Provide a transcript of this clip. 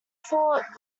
fought